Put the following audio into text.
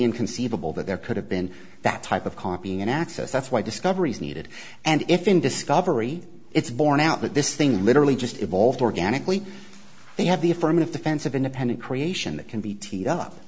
inconceivable that there could have been that type of copying and access that's why discovery is needed and if in discovery it's borne out that this thing literally just evolved organically they have the affirmative defense of independent creation that can be teed